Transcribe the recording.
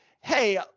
hey